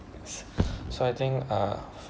so I think uh